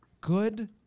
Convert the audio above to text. good